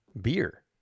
beer